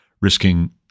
risking